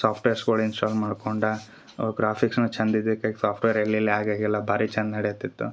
ಸಾಫ್ಟ್ವೇರ್ಸ್ಗಳು install ಮಾಡ್ಕೊಂಡ ಅವ ಗ್ರಾಫಿಕ್ಸ್ನು ಚಂದ ಇದ್ದಿದಕಾಗ ಸಾಫ್ಟ್ವೇರ್ ಎಲ್ಲಿ ಲ್ಯಾಗ್ ಆಗಿಲ್ಲ ಭಾರಿ ಚಂದ ನಡೆಯುತಿತ್ತು